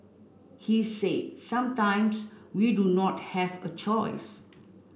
he said sometimes we do not have a choice